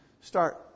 Start